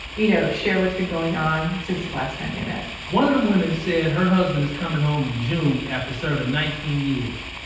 you know, share what's been going on since the last time they met one of the women said her husband is coming home in june after serving nineteen years.